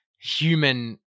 human